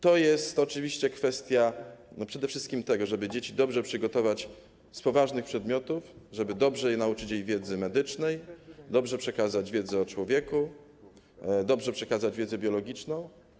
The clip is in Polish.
To jest oczywiście kwestia przede wszystkim tego, żeby dzieci dobrze przygotować z poważnych przedmiotów, żeby dobrze je nauczyć wiedzy medycznej, dobrze przekazać wiedzę o człowieku, dobrze przekazać wiedzę biologiczną.